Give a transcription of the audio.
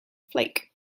flake